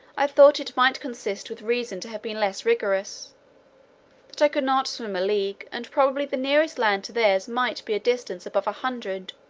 i thought it might consist with reason to have been less rigorous that i could not swim a league, and probably the nearest land to theirs might be distant above a hundred